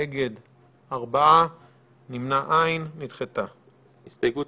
(ב) אדם שהגיע אליו מידע אישי מזהה על משתמש,